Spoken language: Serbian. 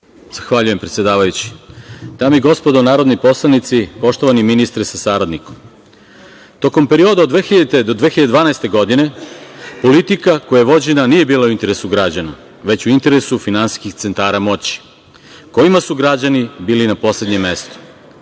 Zahvaljujem, predsedavajući. Dame i gospodo narodni poslanici, poštovani ministre sa saradnikom, tokom perioda od 2000. do 2012. godine politika koja je vođena nije bila u interesu građana, već u interesu finansijskih centara moći kojima su građani bili na poslednjem mestu.